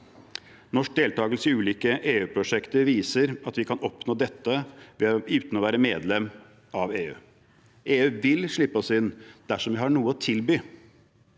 Norsk deltakelse i ulike EU-prosjekter viser at vi kan oppnå dette uten å være medlem av EU. EU vil slippe oss inn dersom vi har noe å tilby.